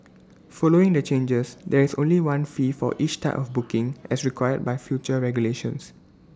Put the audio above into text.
following the changes there is only one fee for each type of booking as required by future regulations